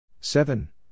Seven